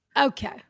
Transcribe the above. Okay